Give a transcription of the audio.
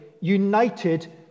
united